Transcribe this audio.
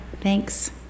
thanks